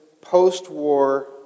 post-war